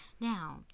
now